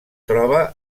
troba